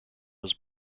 was